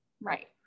Right